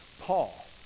Paul